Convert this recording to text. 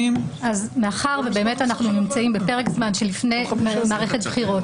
מאחר ואנחנו נמצאים בפרק זמן של לפני מערכת בחירות,